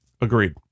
agreed